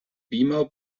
beamer